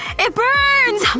it burns! um